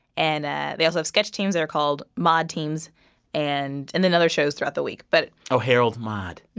and and they also have sketch teams that are called maude teams and and then other shows throughout the week. but. oh, harold, maude and